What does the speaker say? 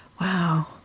Wow